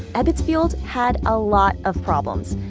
ebbets field had a lot of problems.